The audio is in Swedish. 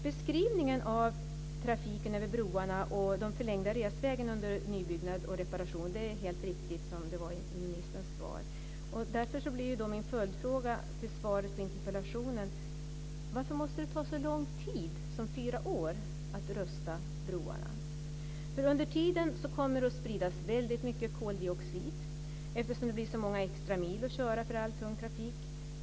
Beskrivningen av trafiken över broarna och de förlängda resvägarna under nybyggnad och reparation var helt riktig i ministerns svar. Därför blir min följdfråga till svaret på interpellationen: Varför måste det ta så lång tid som fyra år att rusta broarna? Under tiden kommer det att spridas väldigt mycket koldioxid, eftersom det blir så många extra mil att köra för all tung trafik.